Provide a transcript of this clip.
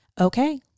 okay